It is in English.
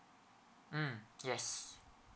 mm yes